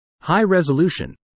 High-resolution